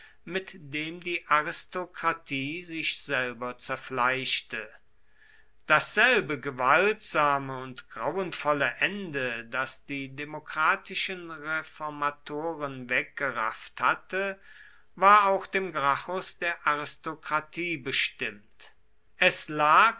mit dem die aristokratie sich selber zerfleischte dasselbe gewaltsame und grauenvolle ende das die demokratischen reformatoren weggerafft hatte war auch dem gracchus der aristokratie bestimmt es lag